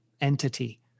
entity